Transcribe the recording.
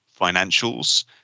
financials